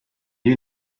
you